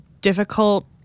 difficult